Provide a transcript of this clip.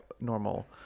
normal